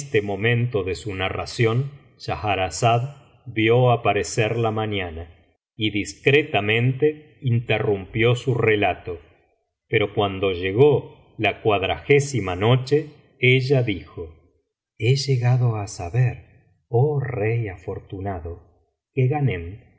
este momento de su narración schahrzacla vio aparecer la mañana y discretamente interrumpió su relato pero cuando llegó la a noche ella dijo he llegado á saber oh rey afortunado que ghanem